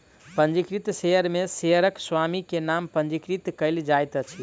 पंजीकृत शेयर में शेयरक स्वामी के नाम पंजीकृत कयल जाइत अछि